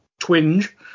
twinge